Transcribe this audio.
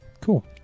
Cool